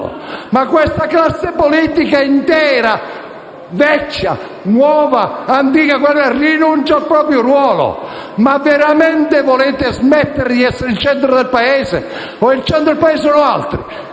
Questa classe politica intera (vecchia, nuova o antica) rinuncia al proprio ruolo? Veramente volete smettere di essere il centro del Paese o il centro del Paese sono altri?